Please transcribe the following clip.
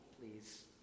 please